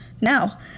Now